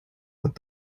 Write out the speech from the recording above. what